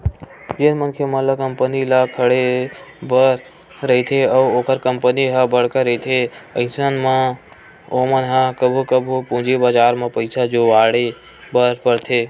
जेन मनखे मन ल कंपनी ल खड़े बर रहिथे अउ ओखर कंपनी ह बड़का रहिथे अइसन म ओमन ह कभू कभू पूंजी बजार म पइसा जुगाड़े बर परथे